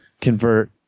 convert